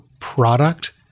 product